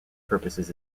purposes